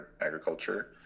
Agriculture